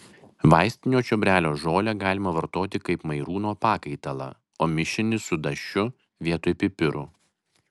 vaistinio čiobrelio žolę galima vartoti kaip mairūno pakaitalą o mišinį su dašiu vietoj pipirų